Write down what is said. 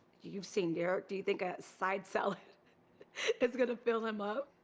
you've seen derrick. do you think a side salad is gonna fill him up?